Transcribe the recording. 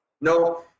No